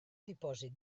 dipòsit